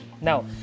Now